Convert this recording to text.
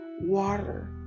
water